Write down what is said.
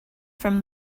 from